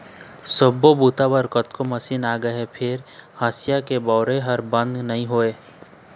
सब्बो बूता बर कतको मसीन आ जाए फेर हँसिया के बउरइ ह बंद नइ होवय